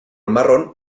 marrón